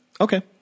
Okay